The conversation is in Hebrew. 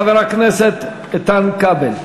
חבר הכנסת איתן כבל,